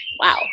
wow